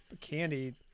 Candy